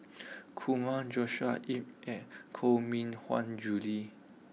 Kumar Joshua Ip and Koh Mui Hiang Julie